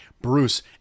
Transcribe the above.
Bruce